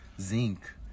Zinc